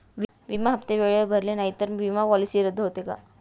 विमा हप्ते वेळेवर भरले नाहीत, तर विमा पॉलिसी रद्द होते का?